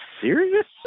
serious